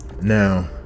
Now